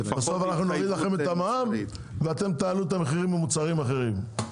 בסוף אנחנו נוריד לכם את המע"מ ואתם תעלו את המחירים למוצרים אחרים.